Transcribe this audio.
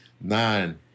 nine